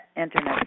Internet